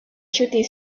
shooting